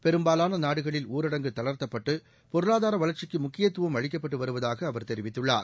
பெரும்பாலான நாடுகளில் ஊரடங்கு தளா்த்தப்பட்டு பொருளாதார வளா்ச்சிக்கு முக்கியத்தும் அளிக்கப்பட்டு வருவதாக அவர் தெரிவித்துள்ளார்